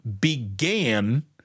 began